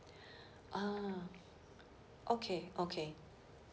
ah okay okay